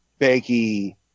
Banky